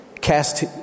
cast